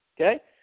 Okay